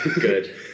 good